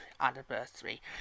anniversary